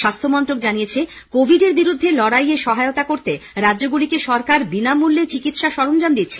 স্বাস্থ্যমন্ত্রক জানিয়েছে কোভিড এর বিরুদ্ধে লড়িইয়ে সহায়তা করতে রাজ্যগুলিকে সরকার বিনামূল্যে চিকিৎসা সরঞ্জাম দিচ্ছে